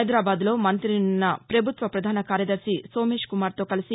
హైదరాబాద్ లో మంత్రి నిన్న పభుత్వ ప్రధాన కార్యదర్భి సోమేశ్కుమార్ తో కలిసి